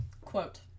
quote